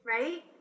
Right